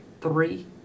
three